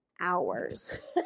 hours